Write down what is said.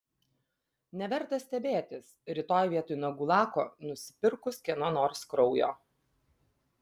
neverta stebėtis rytoj vietoj nagų lako nusipirkus kieno nors kraujo